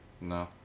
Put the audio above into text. No